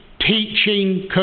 teaching